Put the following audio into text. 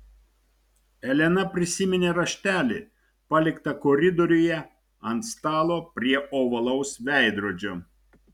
elena prisiminė raštelį paliktą koridoriuje ant stalo prie ovalaus veidrodžio